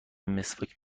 مسواک